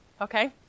okay